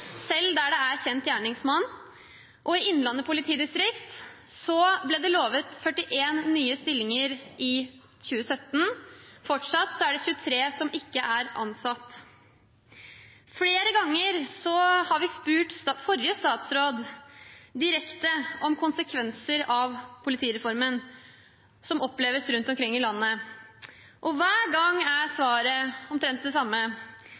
selv der det er kjent gjerningsmann. I Innlandet politidistrikt ble det lovet 41 nye stillinger i 2017. Fortsatt er det 23 som ikke er ansatt. Flere ganger har vi spurt forrige statsråd direkte om konsekvenser av politireformen som oppleves rundt omkring i landet. Hver gang er svaret omtrent det samme: